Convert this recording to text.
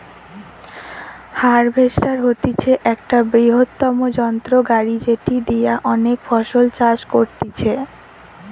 harvester হতিছে একটা বৃহত্তম যন্ত্র গাড়ি যেটি দিয়া অনেক ফসল চাষ করতিছে